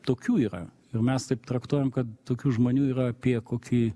tokių yra ir mes taip traktuojam kad tokių žmonių yra apie kokį